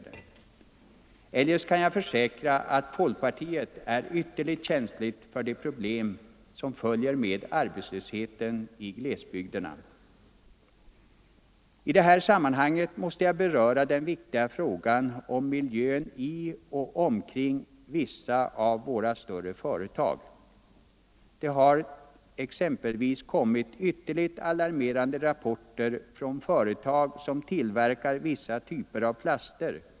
Eljest kan jag försäkra att folk partiet är ytterligt känsligt för de problem som följer med arbetslösheten i glesbygderna. I det här sammanhanget måste jag beröra den viktiga frågan om miljön i och omkring vissa av våra större företag. Det har exempelvis kommit ytterst alarmerande rapporter från företag som tillverkar vissa typer av plaster.